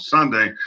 Sunday